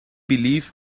believe